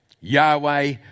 Yahweh